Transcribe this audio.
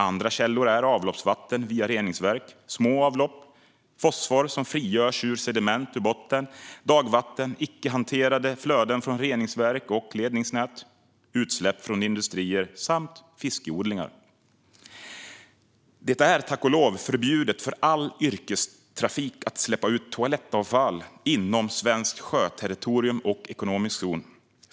Andra källor är avloppsvatten via reningsverk, små avlopp, fosfor som frigörs ur sediment på bottnen, dagvatten, icke-hanterade flöden från reningsverk och ledningsnät, utsläpp från industrier samt fiskodlingar. Det är, tack och lov, förbjudet för all yrkestrafik att släppa ut toalettavfall inom svenskt sjöterritorium och ekonomisk zon.